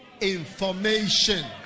Information